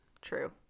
True